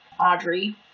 Audrey